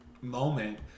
moment